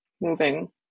moving